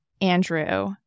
Andrew